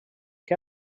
que